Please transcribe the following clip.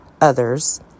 others